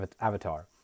avatar